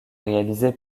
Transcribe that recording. réalisées